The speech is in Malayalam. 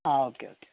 ആ ഓക്കെ ഓക്കെ ഓക്കെ